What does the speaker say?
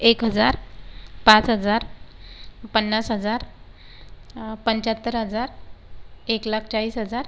एक हजार पाच हजार पन्नास हजार पंच्याहत्तर हजार एक लाख चाळीस हजार